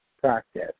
practice